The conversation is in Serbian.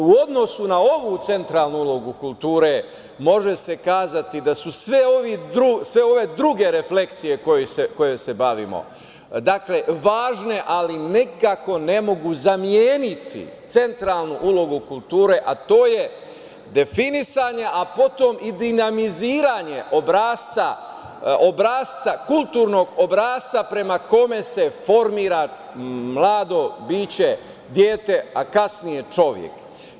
U odnosu na ovu centralnu ulogu kulture, može se kazati da su sve ove druge reflekcije kojima se bavimo važne, ali nikako ne mogu zameniti centralnu ulogu kulture, a to je definisanje, a potom i dinamiziranje obrasca, kulturnog obrasca prema kome se formira mlado biće, dete, a kasnije čovek.